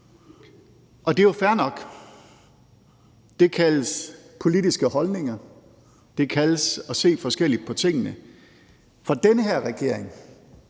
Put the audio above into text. Og det er jo fair nok – det kaldes politiske holdninger; det kaldes at se forskelligt på tingene. For den her regering